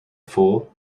fool